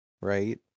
Right